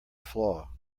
flaw